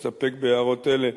אסתפק בהערות אלה,